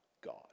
God